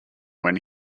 when